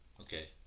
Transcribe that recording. Okay